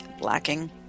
lacking